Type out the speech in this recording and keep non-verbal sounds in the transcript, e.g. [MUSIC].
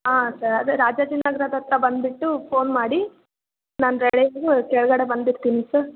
ಹಾಂ ಸರ್ ಅದೇ ರಾಜಾಜಿನಗರದತ್ತ ಬಂದುಬಿಟ್ಟು ಫೋನ್ ಮಾಡಿ ನಾನು ರೆಡಿ [UNINTELLIGIBLE] ಕೆಳಗಡೆ ಬಂದಿರ್ತೀನಿ ಸರ್